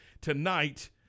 tonight